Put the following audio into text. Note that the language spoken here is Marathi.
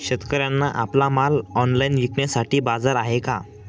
शेतकऱ्यांना आपला माल ऑनलाइन विकण्यासाठी बाजार आहे का?